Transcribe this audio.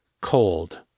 Cold